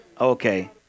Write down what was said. Okay